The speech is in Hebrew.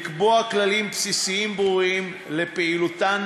לקבוע כללים בסיסיים ברורים לפעילותן